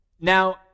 Now